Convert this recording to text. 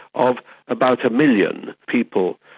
of about a million people.